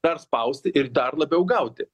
dar spausti ir dar labiau gauti